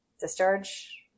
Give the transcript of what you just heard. Discharge